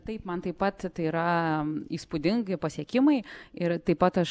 taip man taip pat tai yra įspūdingi pasiekimai ir taip pat aš